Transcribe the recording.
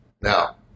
Now